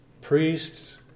priests